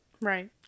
Right